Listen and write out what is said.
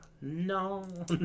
No